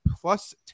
plus